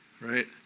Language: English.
right